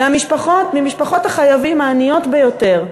ממשפחות החייבים העניות ביותר,